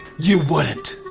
you wouldn't!